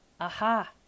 Aha